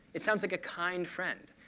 it sounds like a kind friend.